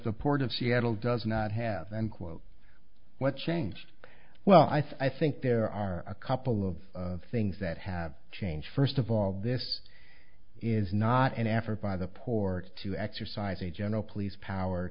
support of seattle does not have and quote what changed well i think there are a couple of things that have changed first of all this is not an effort by the port to exercise a general police power